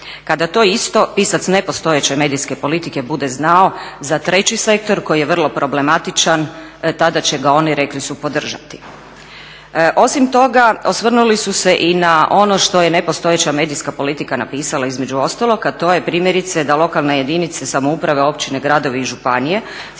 Kada to isto pisac nepostojeće medijske politike bude znao, za 3. sektor koji je vrlo problematičan, tada će ga oni, rekli su, podržati. Osim toga osvrnuli su se i na ono što je nepostojeća medijska politika napisala, između ostalog, a to je primjerice da lokalne jedinice samouprave, općine, gradovi i županije